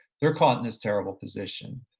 they're caught in this terrible position.